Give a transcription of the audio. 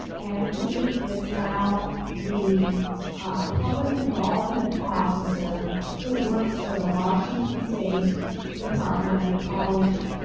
and he is now the public involvement officer who works for the washington state department of ecology.